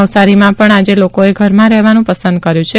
નવસારીમાં પણ આજે લોકોએ ઘરમાં રહેવાનું પસંદ કર્યું છે